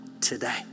today